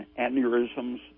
aneurysms